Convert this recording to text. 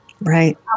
Right